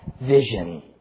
vision